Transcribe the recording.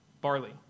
barley